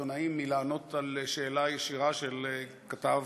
העיתונאים מלענות על שאלה ישירה של כתב